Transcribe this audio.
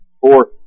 four